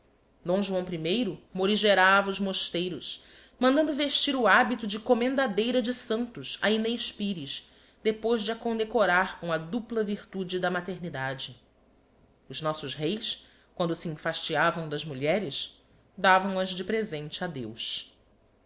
d joão i morigerava os mosteiros mandando vestir o habito de commendadeira de santos a ignez pires depois de a condecorar com a dupla virtude da maternidade os nossos reis quando se enfastiavam das mulheres davam as de presente a deus